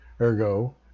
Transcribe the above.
ergo